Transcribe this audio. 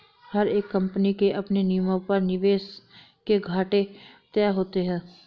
हर एक कम्पनी के अपने नियमों पर निवेश के घाटे तय होते हैं